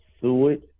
sewage